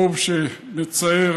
רוב שמצער,